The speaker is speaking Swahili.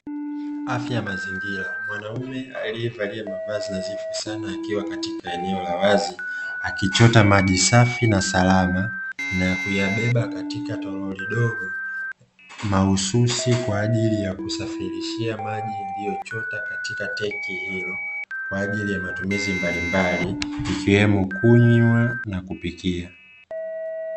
Afya ya mazingira, mwanaume aliyevalia mavazi nadhifu sana akiwa katika eneo la wazi akichota maji safi na salama, na kuyabeba katika toroli dogo, mahususi kwa ajili ya kusafirishia maji yaliyochotwa katika tenki hilo, kwa ajili ya matumizi mbalimbali ikiwemo kunywa na kupikia.